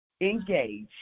engage